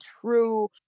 true